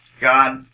God